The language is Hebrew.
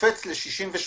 קופץ ל-68%.